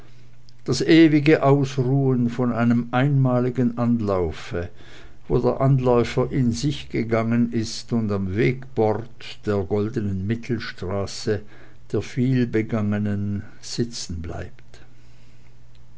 das ewige ausruhen von einem einmaligen anlaufe wo der anläufer in sich gegangen ist und am wegbord der goldenen mittelstraße der vielbegangenen sitzen bleibt